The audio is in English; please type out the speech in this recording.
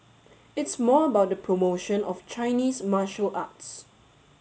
it's more about the promotion of Chinese martial arts